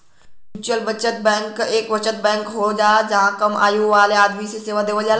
mutual बचत bank एक बचत बैंक हो जहां पर कम आय वाले आदमी के सेवा देवल जाला